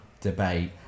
debate